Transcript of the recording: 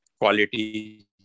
quality